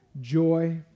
joy